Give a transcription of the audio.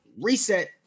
reset